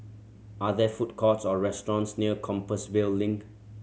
are there food courts or restaurants near Compassvale Link